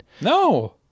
No